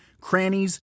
crannies